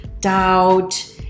doubt